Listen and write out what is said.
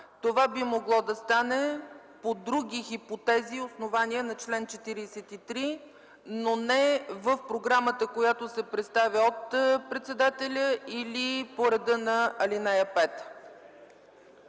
Това би могло да стане по други хипотези и основания на чл. 43, но не в програмата, която се представя от председателя, или по реда на ал. 5.